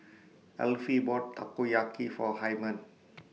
Elfie bought Takoyaki For Hymen